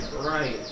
Right